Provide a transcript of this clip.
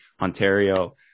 Ontario